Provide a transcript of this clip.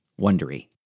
Wondery